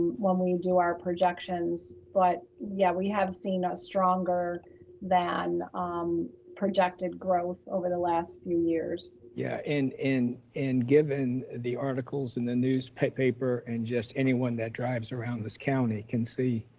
when we do our projections. but yeah, we have seen us stronger than um projected growth over the last few years. yeah and and given the articles and the newspaper, and just anyone that drives around this county can see,